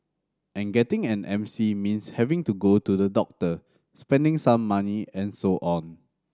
and getting an M C means having to go to the doctor spending some money and so on